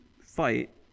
fight